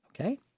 okay